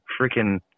freaking